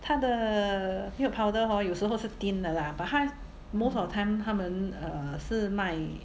他的 milk powder hor 有时候是 tin 的 lah but 他 most of the time 他们 err 是卖